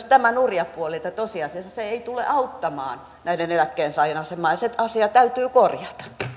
tämä nurja puoli että tosiasiassa se ei tule auttamaan näiden eläkkeensaajien asemaa ja se asia täytyy korjata